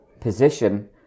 position